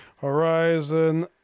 Horizon